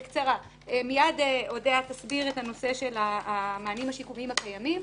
מיד אודיה תסביר את הנושא של המענים השיקומיים הקיימים,